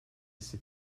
sit